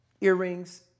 earrings